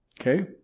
Okay